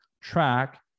track